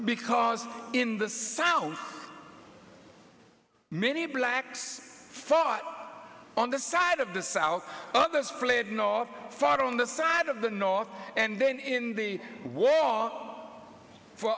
because in the south many blacks fought on the side of the south others fled north fought on the side of the north and then in the wall for